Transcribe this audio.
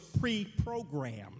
pre-programmed